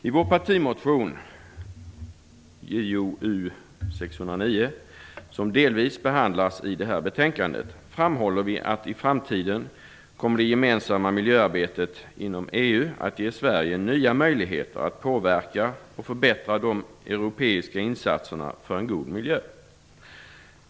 I vår partimotion, Jo609, som delvis behandlas i det här betänkandet, framhåller vi att i framtiden kommer det gemensamma miljöarbetet inom EU att ge Sverige nya möjligheter att påverka och förbättra de europeiska insatserna för en god miljö.